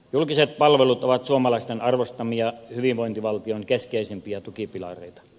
julkiset palvelut ovat suomalaisten arvostamia hyvinvointivaltion keskeisimpiä tukipilareita